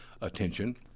attention